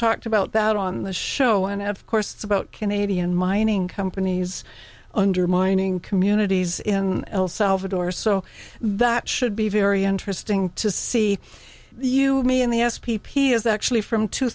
talked about that on the show and of course about canadian mining companies undermining communities in el salvador so that should be very interesting to see you me in the s p p is that actually from two